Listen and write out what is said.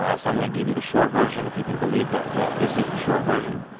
ah so i'm gonna give you the short version if you can believe that that this is the short version.